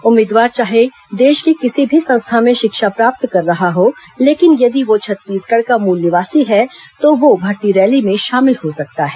उम्मीदवार चाहे देश के किसी भी संस्था में शिक्षा प्राप्त कर रहा हो लेकिन यदि वह छत्तीसगढ़ का मूल निवासी है तो वह भर्ती रैली में शामिल हो सकता है